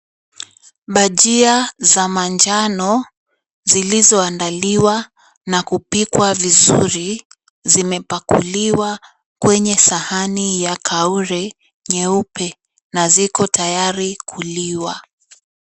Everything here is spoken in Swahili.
Bhajia za manjano zilizoandaliwa na kupikwa vizuri, zimepakuliwa kwenye sahani ya kaure nyeupe na ziko tayari kuliwa.